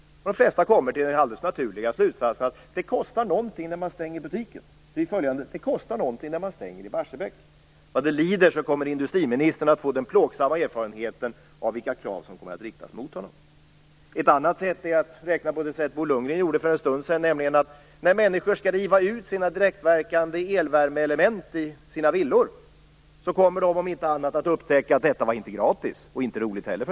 De flesta kommer till den alldeles naturliga slutsatsen att det kostar någonting när man stänger butiken. Det kostar någonting när man stänger Barsebäck. Vad det lider kommer industriministern att få plågsamma erfarenheter av vilka krav som kommer att riktas mot honom. Man kan också räkna på det sätt som Bo Lundgren gjorde för en stund sedan. När människor skall riva ut sina direktverkande elvärmeelement i sina villor kommer de om inte annat att upptäcka att det inte var gratis, och inte heller roligt.